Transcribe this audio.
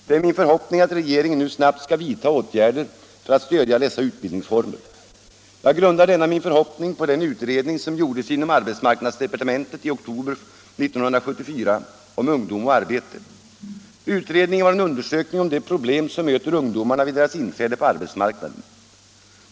Det är min förhoppning att regeringen nu snabbt skall vidtaga åtgärder för att stödja dessa utbildningsformer. Jag grundar denna min förhoppning på den utredning som gjordes inom arbetsmarknadsdepartementet i oktober 1974 om Ungdom och arbete. Det var en undersökning om de problem som möter ungdomarna vid deras inträde på arbetsmarknaden.